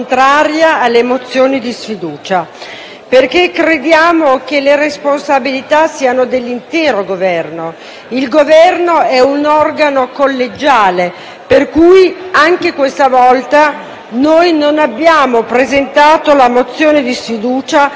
perché crediamo che le responsabilità siano dell'intero Governo. Il Governo è un organo collegiale per cui, anche questa volta, noi non abbiamo presentato la mozione di sfiducia, proprio per ciò che ho appena